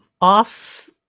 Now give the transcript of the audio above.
off